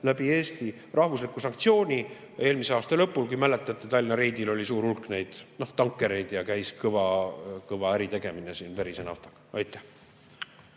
läbi Eesti rahvusliku sanktsiooni. Eelmise aasta lõpul, kui mäletate, Tallinna reidil oli suur hulk neid tankereid ja käis kõva äritegemine siin verise naftaga. Raivo